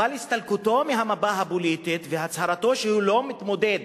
אבל הסתלקותו מהמפה הפוליטית והצהרתו שהוא לא מתמודד